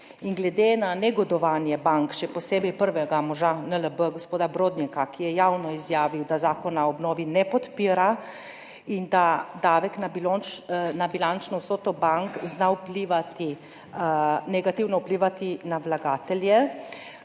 Glede na negodovanje bank, še posebej prvega moža NLB, gospoda Brodnjaka, ki je javno izjavil, da zakona o obnovi ne podpira in da zna davek na bilančno vsoto bank negativno vplivati na vlagatelje,